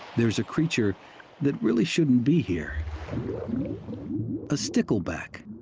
there is a creature that really shouldn't be here a stickleback.